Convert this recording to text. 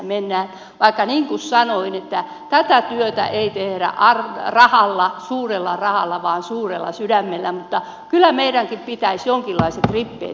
vaikka niin kuin sanoin tätä työtä ei tehdä suurella rahalla vaan suurella sydämellä niin kyllä meidänkin pitäisi jonkinlaiset rippeet tästä saada